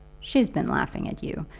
she's been laughing at you.